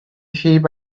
sheep